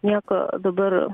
nieko dabar